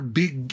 big